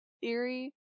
theory